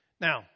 Now